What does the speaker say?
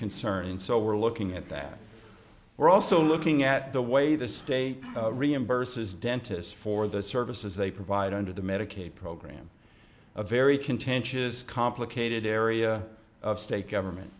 concern and so we're looking at that we're also looking at the way the state reimburses dentists for the services they provide under the medicaid program a very contentious complicated area of state government